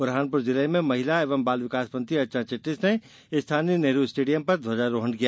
बुरहानपुर जिले में महिला एवं बाल विकास मंत्री अर्चना चिटनिस ने स्थानीय नेहरू स्टेडियम पर ध्वजारोहण किया